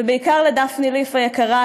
ובעיקר לדפני ליף היקרה,